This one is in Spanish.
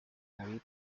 david